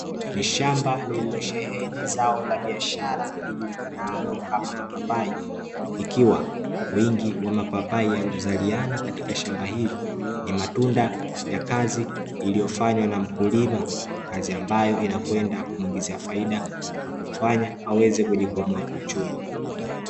Ni shamba lililosheheni zao la biashara lijulikanao kama mapapai, ikiwa wingi wa mapapai yaliyozaliana katika shamba hili ni matunda ya kazi iliyofanywa na mkulima, kazi ambayo inakwenda kumuingizia faida na kumfanya aweze kujikwamua kiuchumi.